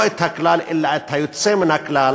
לא את הכלל אלא את היוצא מן הכלל,